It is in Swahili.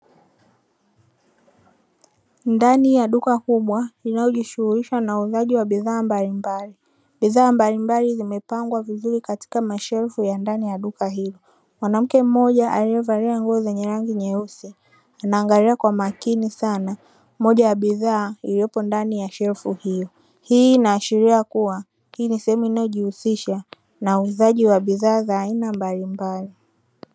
Ndani ya duka kubwa linalojishughulisha na uuzaji wa bidhaa mbalimbali, bidhaa mbalimbali zimepangwa vizuri katika mashelfu ya ndani ya duka hilo. mwanamke mmoja aliyevalia nguo zenye rangi nyeusi anaangalia kwa makini sana moja ya bidhaa iliyopo ndani ya shelfu hilo, hii inaashiria kuwa hii ni sehemu inayojihusisha na uuzaji wa bidhaa za aina mbalimbali.